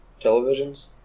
televisions